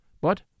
But